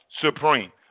Supreme